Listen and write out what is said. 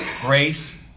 grace